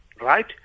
right